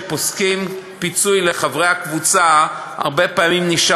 כשפוסקים פיצוי לחברי הקבוצה,